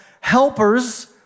helpers